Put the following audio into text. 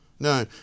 No